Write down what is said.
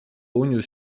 unosił